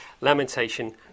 Lamentation